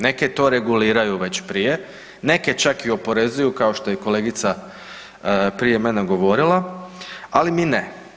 Neke to reguliraju već prije, neke čak i oporezuju kao što je kolegica prije mene govorila, ali mi ne.